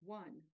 one